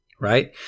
right